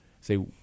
Say